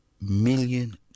million